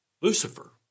Lucifer